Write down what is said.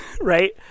right